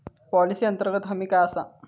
Policy अंतर्गत हमी काय आसा?